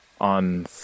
on